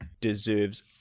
deserves